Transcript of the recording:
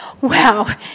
wow